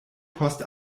post